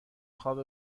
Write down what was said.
خواب